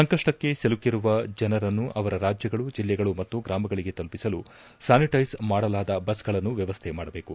ಸಂಕಷ್ಟಕ್ಕೆ ಸಿಲುಕಿರುವ ಜನರನ್ನು ಅವರ ರಾಜ್ಯಗಳು ಜೆಲ್ಲೆಗಳು ಮತ್ತು ಗ್ರಾಮಗಳಿಗೆ ತಲುಪಿಸಲು ಸ್ಥಾನಿಟ್ಯೆಸ್ ಮಾಡಲಾದ ಬಸ್ಗಳನ್ನು ವ್ಯವಸ್ಥೆ ಮಾಡಬೇಕು